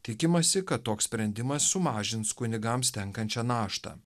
tikimasi kad toks sprendimas sumažins kunigams tenkančią naštą